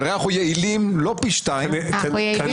כנראה אנחנו יעילים לא פי שניים --- כנראה